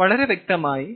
വളരെ വ്യക്തമായി